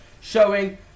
showing